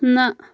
نہ